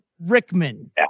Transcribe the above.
Rickman